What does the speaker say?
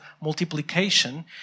multiplication